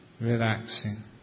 relaxing